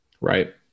Right